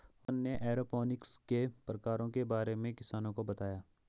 रौशन ने एरोपोनिक्स के प्रकारों के बारे में किसानों को बताया